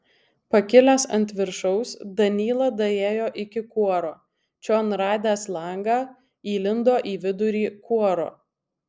pakilęs ant viršaus danyla daėjo iki kuoro čion radęs langą įlindo į vidurį kuoro